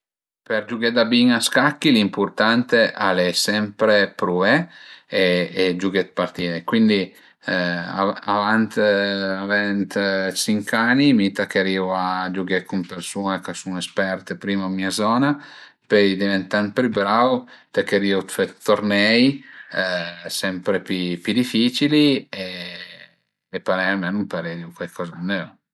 Për giughé da bin a scacchi l'impurtant al e sempre pruvé e e giughé d'partìe, cuindi avant avent sinc ani mi tacherìu a giughé cun persun-e ch'a sun esperte prima d'mia zon-a, pöi diventant pi brau tacherìu a fe d'tornei sempre pi pi dificili e parei almenu ëmparerìu cuaicoza d'nöu